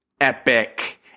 epic